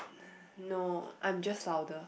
no I'm just louder